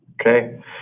Okay